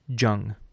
Jung